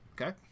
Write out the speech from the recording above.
Okay